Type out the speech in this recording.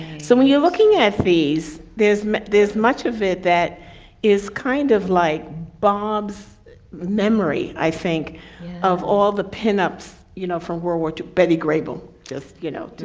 so when you're looking at fees, there's this much of it that is kind of like bob's memory i think of all the pinups you know from world war two. betty grable just you know.